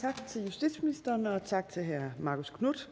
Tak til justitsministeren, og tak til hr. Marcus Knuth.